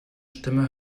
stimme